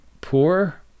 poor